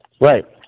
Right